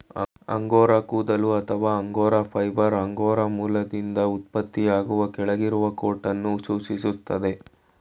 angora ಕೂದಲು ಅಥವಾ angora fibre angora ಮೊಲದಿಂದ ಉತ್ಪತ್ತಿಯಾಗುವ ಕೆಳಗಿರುವ ಕೋಟನ್ನು ಸೂಚಿಸ್ತದೆ